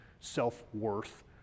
self-worth